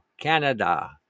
Canada